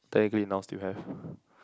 technically now still have